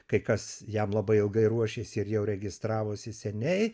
kai kas jam labai ilgai ruošėsi ir jau registravosi seniai